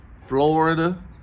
Florida